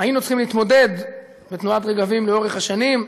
היינו צריכים להתמודד בתנועת "רגבים" לאורך השנים,